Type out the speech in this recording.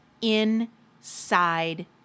inside